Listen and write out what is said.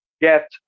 get